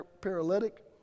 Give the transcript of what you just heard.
paralytic